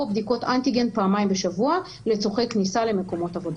או בדיקות אנטיגן פעמיים בשבוע לצרכי כניסה למקומות עבודה.